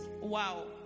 Wow